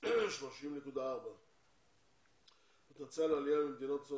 הוא 30.4. הפוטנציאל לעלייה ממדינות צפון